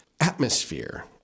atmosphere